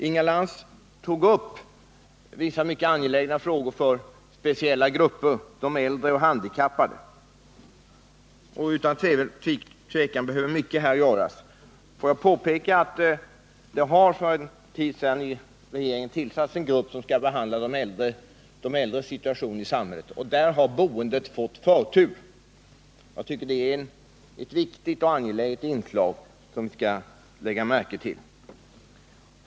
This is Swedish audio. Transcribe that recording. Inga Lantz tog upp vissa för speciella grupper mycket angelägna frågor: de äldre och handikappade t.ex. Utan tvivel behöver mycket göras här. Låt mig än en gång påpeka att regeringen för en tid sedan tillsatte en grupp som skall behandla de äldres situation i samhället. Där har boendet fått förtur. Det är ett viktigt och angeläget inslag, som man bör lägga märke till.